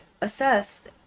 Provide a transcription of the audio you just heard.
assessed